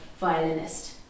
violinist